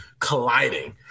Colliding